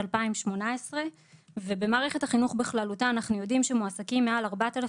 2018 ובמערכת החינוך בכללותה אנחנו יודעים שמועסקים מעל 4,000